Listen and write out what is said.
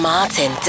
Martin